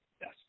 yes